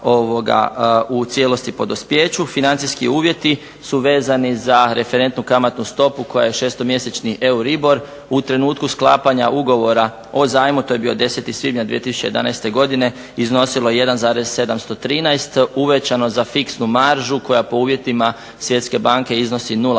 u cijelosti po dospijeću. Financijski uvjeti su vezani za referentnu kamatnu stopu koja je šestomjesečni eur ... u trenutku sklapanja ugovora o zajmu to je bio 10. svibnja 2011. godine, iznosilo je 1,713 uvećano za fiksnu maržu koja po uvjetima Svjetske banke iznosi 0,80